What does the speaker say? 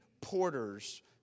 porters